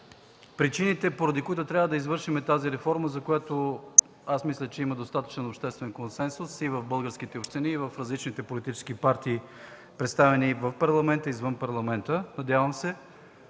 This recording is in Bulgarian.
Причините, поради които трябва да извършим тази реформа, за която аз мисля, че има достатъчен обществен консенсус и в българските общини, и в различните политически партии, представени в Парламента, и извън Парламента надявам се,